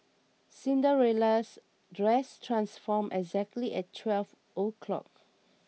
Cinderella's dress transformed exactly at twelve o'clock